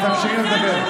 אבל תאפשרי לדבר.